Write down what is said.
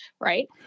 right